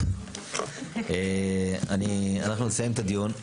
טוב, אנחנו נסיים את הדיון.